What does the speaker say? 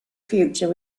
future